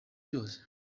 cyose